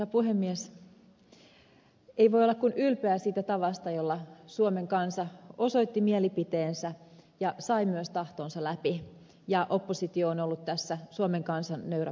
ei voi olla kuin ylpeä siitä tavasta jolla suomen kansa osoitti mielipiteensä ja sai myös tahtonsa läpi ja oppositio on ollut tässä suomen kansan nöyrä palvelija